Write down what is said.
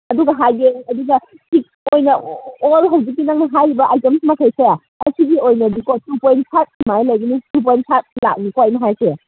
ꯑꯗꯨꯒ ꯍꯥꯏꯒꯦ ꯑꯗꯨꯒ ꯇꯤꯛ ꯑꯣꯏꯅ ꯑꯣꯜ ꯍꯧꯖꯤꯛꯀꯤ ꯅꯪꯅ ꯍꯥꯏꯔꯤꯕ ꯑꯥꯏꯇꯦꯝꯁ ꯃꯈꯩꯁꯦ ꯑꯁꯤꯒꯤ ꯑꯣꯏꯅꯗꯤꯀꯣ ꯇꯨ ꯄꯣꯏꯟ ꯐꯥꯏꯚ ꯁꯨꯃꯥꯏꯅ ꯂꯩꯒꯅꯤ ꯇꯨ ꯄꯣꯏꯟ ꯐꯥꯏꯚ ꯂꯥꯈꯅꯤꯀꯣ ꯑꯩꯅ ꯍꯥꯏꯁꯦ